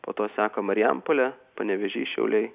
po to seka marijampolė panevėžys šiauliai